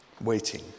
waiting